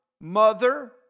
mother